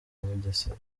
bugesera